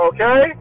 Okay